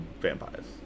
vampires